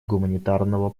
гуманитарного